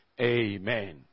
Amen